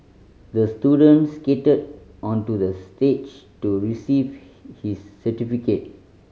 the student skated onto the stage to receive his certificate